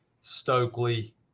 Stokely